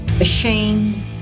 ashamed